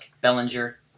Bellinger